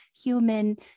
human